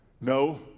no